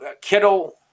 Kittle